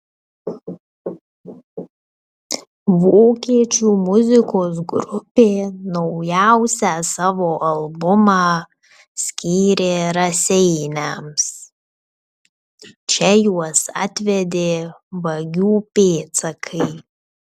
vokiečių muzikos grupė naujausią savo albumą skyrė raseiniams čia juos atvedė vagių pėdsakai